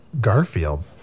Garfield